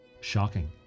shocking